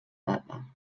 papa